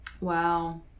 Wow